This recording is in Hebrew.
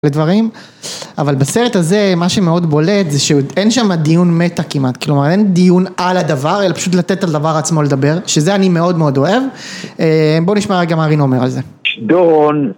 ודברים אבל בסרט הזה מה שמאוד בולט זה שאין שם דיון מטא כמעט כלומר אין דיון על הדבר אלא פשוט לתת על הדבר עצמו לדבר שזה אני מאוד מאוד אוהב בואו נשמע גם מה רינו אומר על זה